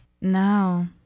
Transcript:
no